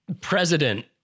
president